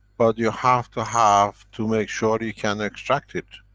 but you have to have to make sure you can extract it.